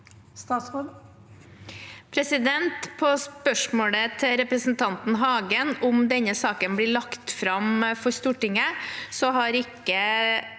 gjelder spørsmålet til representanten Hagen om denne saken blir lagt fram for Stortinget, har vi ikke